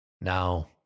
Now